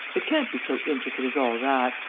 it can't be so intricate as all that.